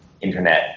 internet